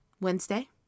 Wednesday